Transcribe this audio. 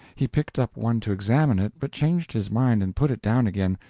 he picked up one to examine it, but changed his mind and put it down again.